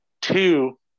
Two